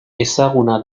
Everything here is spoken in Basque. ezaguna